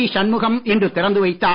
ஷண்முகம் இன்று திறந்து வைத்தார்